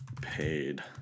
paid